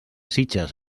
sitges